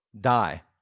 die